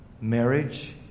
marriage